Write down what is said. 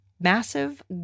massive